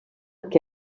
que